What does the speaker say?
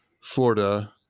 Florida